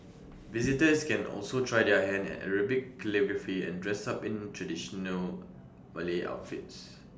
visitors can also try their hand at Arabic calligraphy and dress up in traditional Malay outfits